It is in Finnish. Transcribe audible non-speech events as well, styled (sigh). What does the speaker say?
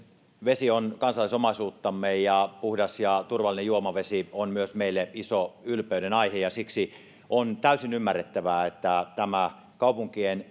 vesi on kansallisomaisuuttamme ja puhdas ja turvallinen juomavesi on meille myös iso ylpeyden aihe ja siksi on täysin ymmärrettävää että kaupunkien (unintelligible)